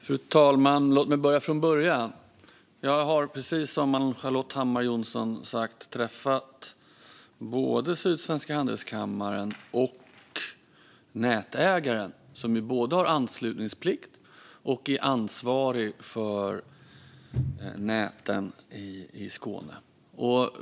Fru talman! Låt mig börja från början. Jag har, precis som Ann-Charlotte Hammar Johnsson, träffat både Sydsvenska Industri och Handelskammaren och nätägaren, som har både anslutningsplikt och är ansvarig för näten i Skåne.